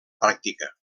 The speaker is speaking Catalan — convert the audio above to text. pràctica